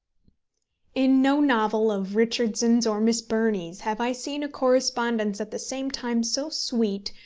in no novel of richardson's or miss burney's have i seen a correspondence at the same time so sweet,